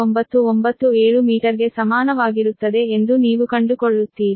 997 ಮೀಟರ್ಗೆ ಸಮಾನವಾಗಿರುತ್ತದೆ ಎಂದು ನೀವು ಕಂಡುಕೊಳ್ಳುತ್ತೀರಿ